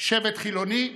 שבט חילוני,